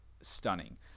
stunning